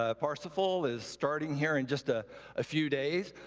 ah parsifal is starting here in just a ah few days.